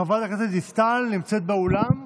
חבר הכנסת דיסטל נמצאת באולם?